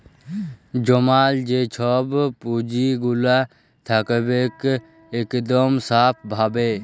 জমাল যে ছব পুঁজিগুলা থ্যাকবেক ইকদম স্যাফ ভাবে